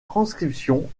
transcription